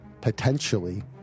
potentially